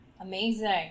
Amazing